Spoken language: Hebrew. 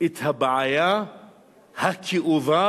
את הבעיה הכאובה,